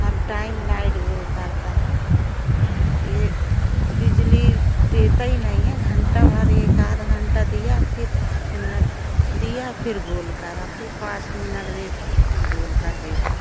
हर time light गोल करता है यह बिजली देता ही नहीं है घंटाभर एक आध घंटा दिया फिर पाँच मिनट दिया फिर गोल करा फिर पाँच मिनट देता है फिर गोल कर देता है